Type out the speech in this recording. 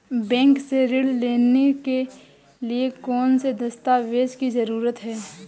Bank से ऋण लेने के लिए कौन से दस्तावेज की जरूरत है?